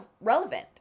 relevant